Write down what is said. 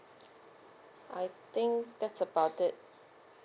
I think that's about it